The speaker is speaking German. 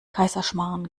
kaiserschmarrn